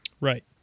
Right